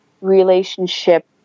relationship